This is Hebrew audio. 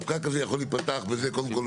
הפקק הזה יכול להיפתח על ידי קודם כל,